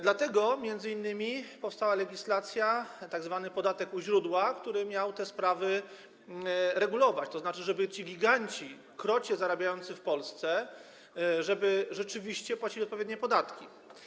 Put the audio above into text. Dlatego m.in. powstała legislacja, tzw. podatek u źródła, który miał te sprawy regulować, tak żeby ci giganci krocie zarabiający w Polsce rzeczywiście płacili odpowiednie podatki.